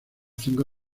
cinco